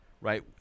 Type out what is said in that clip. right